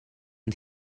and